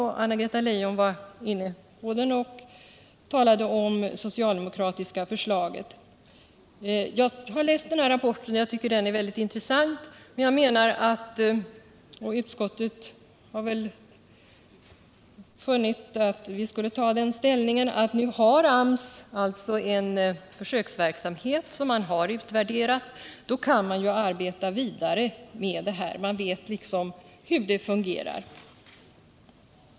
Anna-Greta Leijon talade om det socialdemokratiska förslaget. Jag har läst rapporten och tycker den är mycket intressant, men jag och utskottet menar att eftersom AMS har en försöksverksamhet som har utvärderats, så kan man arbeta vidare med den som grund; man vet hur den fungerar.